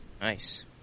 Nice